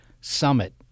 Summit